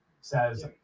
says